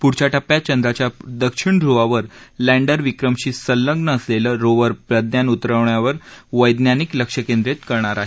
पुढच्या टप्प्यात चंद्राच्या दक्षिण ध्र्वावर लँडर विक्रमशी संलग्न असलेलं रोवर प्रज्ञान उतरवण्यावर वैज्ञानिक लक्ष केंद्रीत करणार आहेत